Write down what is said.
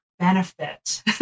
benefit